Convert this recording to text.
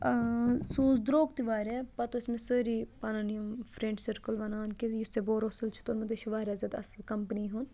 سُہ اوس درٛوگ تہِ واریاہ پَتہٕ ٲسۍ مےٚ سٲری پنٕنۍ یِم فرینٛڈ سرکٕل وَنان کہِ یُس ژےٚ بوروسِل چھُتھ اوٚنمُت یہِ چھُ واریاہ زیادٕ اَصٕل کَمپٔنی ہُنٛد